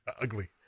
Ugly